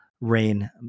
rain